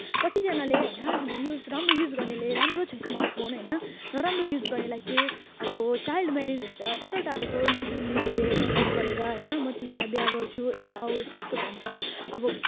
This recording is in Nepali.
कतिजनाले होइन हामी युज राम्रो युज गर्नेले राम्रो छ स्मार्टफोन होइन नराम्रो युज गर्नेलाई चाहिँ अब चाइल्ड मेरिज हुन्छ टाढोटाढोको नचिन्नेहरूले मेसेज गरेर होइन म तिमीलाई बिहा गर्छु यता आऊ यस्तो यस्तो भन्छ अब